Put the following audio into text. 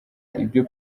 ibyo